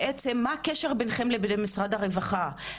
מה הקשר ביניכם לבין משרד הרווחה,